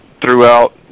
throughout